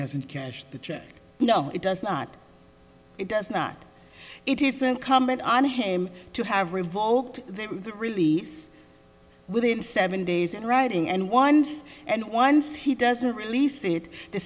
hasn't cashed the check you know it does not it does not it isn't comment on him to have revoked their release within seven days in writing and once and once he doesn't release it the